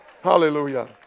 Hallelujah